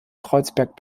kreuzberg